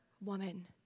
Woman